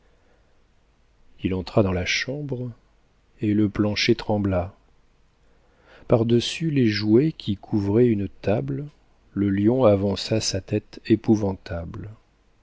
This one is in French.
il entra dans la chambre et le plancher trembla par-dessus les jouets qui couvraient une table le lion avança sa tête épouvantable